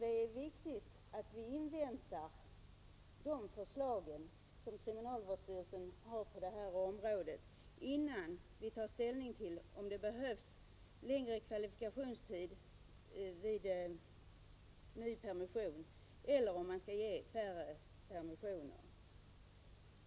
Det är viktigt att vi inväntar de förslag som kriminalvårdsstyrelsen kan komma med på detta område innan vi tar ställning till om det behövs längre kvalifikationstider vid ny permission eller om man skall ge färre permissioner.